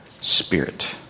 Spirit